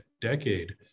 decade